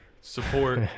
support